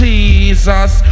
Jesus